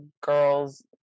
girls –